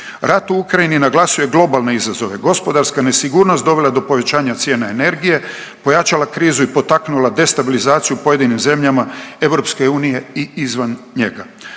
Rat u Ukrajini naglasuje globalne izazove, gospodarska nesigurnost dovela je do povećanja cijena energije, pojačala krizu i potaknula destabilizaciju u pojedinim zemljama EU i izvan njega.